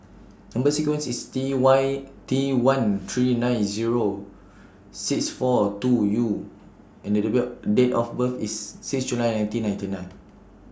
Number sequence IS T Y T one three nine Zero six four two U and Date Date of birth IS six July nineteen ninety nine